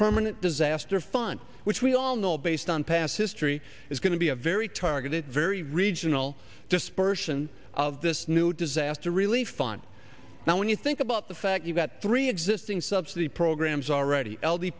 permanent disaster fund which we all know based on past history is going to be a very targeted very regional dispersion of this new disaster relief fund now when you think about the fact you've got three existing subsidy programs already l d